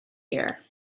year